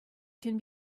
can